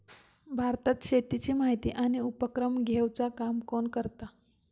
भारतात शेतीची माहिती आणि उपक्रम घेवचा काम कोण करता?